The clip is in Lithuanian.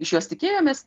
iš jos tikėjomės